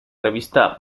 revista